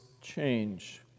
change